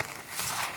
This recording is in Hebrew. בבקשה,